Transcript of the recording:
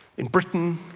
in britain,